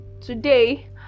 today